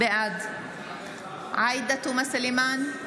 בעד עאידה תומא סלימאן,